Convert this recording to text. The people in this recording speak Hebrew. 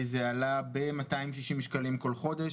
זה עלה ב-290 שקלים כל חודש.